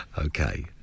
Okay